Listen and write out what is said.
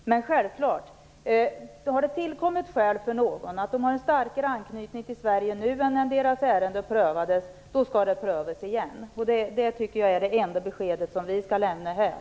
Har det tillkommit skäl för någon - har de en starkare anknytning till Sverige nu än när deras ärende prövades - skall det prövas igen. Det tycker jag är det enda besked vi skall lämna här.